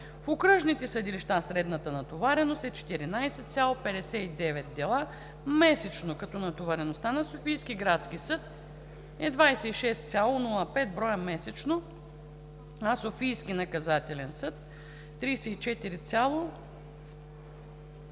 В окръжните съдилища средната натовареност е 14,59 дела месечно, като натовареността на Софийския градски съд е 26,05 броя месечно, а на Софийския наказателен съд - 34,02